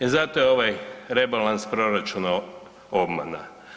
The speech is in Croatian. E zato je ovaj rebalans proračuna obmana.